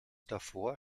davor